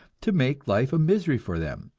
to make life a misery for them,